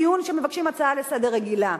דיון שמבקשים הצעה רגילה לסדר-היום,